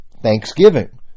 Thanksgiving